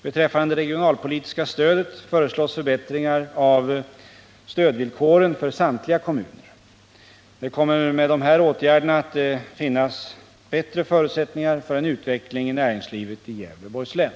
Beträffande det regionalpolitiska stödet föreslås förbättringar av stödvillkoren för samtliga kommuner. Det kommer med de här åtgärderna att finnas bättre förutsättningar för en utveckling i näringslivet i Gävleborgs län.